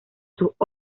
sus